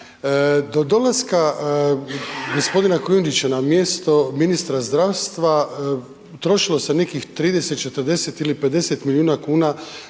Do dolaska g. Kujundžića na mjesto ministra zdravstva utrošilo se nekih 30, 40 ili 50 milijuna kuna